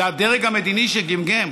זה הדרג המדיני שגמגם,